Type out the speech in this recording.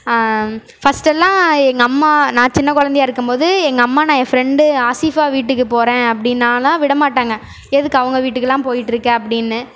ஃபஸ்ட்டெல்லாம் எங்கள் அம்மா நான் சின்ன குழந்தையா இருக்கும்போது எங்கள் அம்மா நான் என் ஃப்ரெண்டு ஆஸீஃபா வீட்டுக்கு போகிறேன் அப்படின்னாலாம் விட மாட்டாங்க எதுக்கு அவங்க வீட்டுக்கெல்லாம் போய்கிட்டுருக்க அப்படின்னு